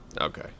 okay